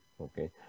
Okay